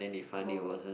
oh